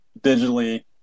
digitally